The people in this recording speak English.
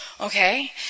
okay